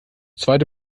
zweite